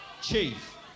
Chief